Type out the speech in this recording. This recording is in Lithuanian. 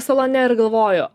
salone ir galvojo